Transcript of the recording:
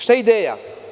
Šta je ideja?